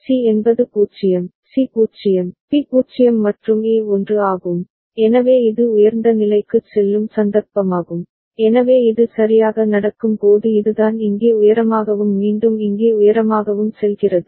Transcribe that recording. C என்பது 0 C 0 B 0 மற்றும் A 1 ஆகும் எனவே இது உயர்ந்த நிலைக்குச் செல்லும் சந்தர்ப்பமாகும் எனவே இது சரியாக நடக்கும் போது இதுதான் இங்கே உயரமாகவும் மீண்டும் இங்கே உயரமாகவும் செல்கிறது